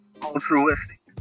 Altruistic